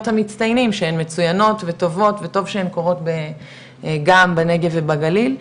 המצטיינים שהן מצוינות וטובות וטוב שהן קורות גם בנגב ובגליל,